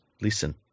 listen